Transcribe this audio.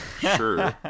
sure